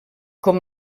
com